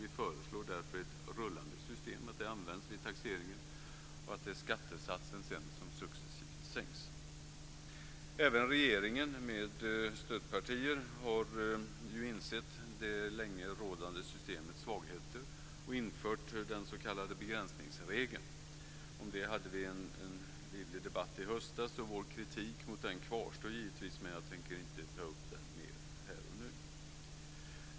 Vi föreslår därför att ett rullande system används vid taxeringen och att skattesatsen sedan successivt sänks. Även regeringen med stödpartier har insett svagheterna i det länge rådande systemet och infört den s.k. begränsningsregeln. Om den hade vi en livlig debatt i höstas. Vår kritik mot den kvarstår givetvis, men jag tänker inte ta upp den mer här och nu.